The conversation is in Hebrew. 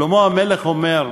שלמה המלך אומר,